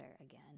again